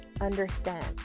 understand